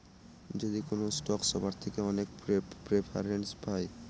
যদি কোনো স্টক সবার থেকে অনেক প্রেফারেন্স পায়